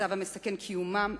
מצב המסכן את קיומם,